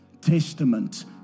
testament